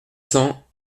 cent